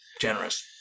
generous